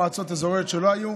מועצות אזוריות שלא היו,